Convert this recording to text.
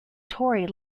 torrey